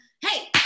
hey